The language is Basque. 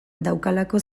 daukalako